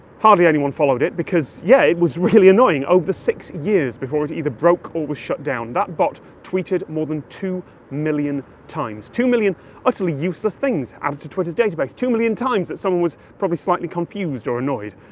hardly anyone followed it, because, yeah, it was really annoying. over the six years before it either broke or was shut down, that bot tweeted more than two million times, two million utterly useless things added to twitter's database, two million times that someone was probably slightly confused or annoyed.